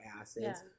acids